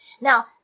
Now